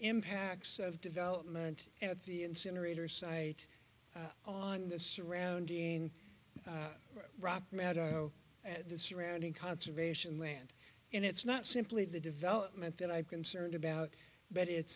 impacts of development at the incinerator site on the surrounding rock meadow and the surrounding conservation land and it's not simply the development that i concerned about but it's